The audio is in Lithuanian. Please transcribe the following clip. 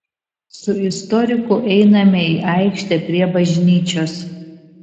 su istoriku einame į aikštę prie bažnyčios